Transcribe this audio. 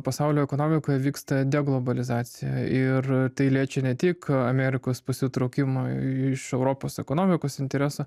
pasaulio ekonomikoj vyksta deglobalizacija ir tai liečia ne tik amerikos pasitraukimą iš europos ekonomikos interesą